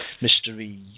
mystery